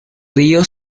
río